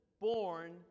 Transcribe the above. born